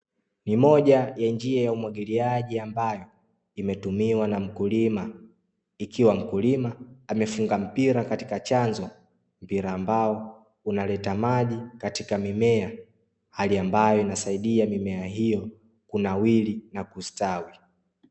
Ni moja ya njia ya umwagiliaji ambayo imetumiwa na mkulima ikiwa mkulima amefunga mpira katika chanzo, mpira ambao unaleta maji katika mimea hali ambayo inasaidia mimea hiyo kunawiri na kustawi.